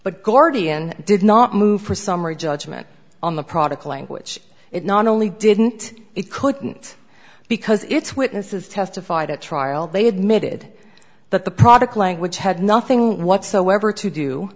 but guardian did not move for summary judgment on the product language it not only didn't it couldn't because it's witnesses testified at trial they admitted that the product language had nothing whatsoever to do